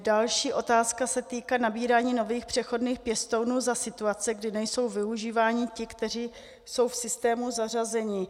Další otázka se týká nabírání nových přechodných pěstounů za situace, kdy nejsou využíváni ti, kteří jsou v systému zařazeni.